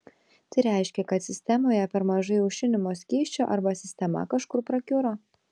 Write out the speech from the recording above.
tai reiškia kad sistemoje per mažai aušinimo skysčio arba sistema kažkur prakiuro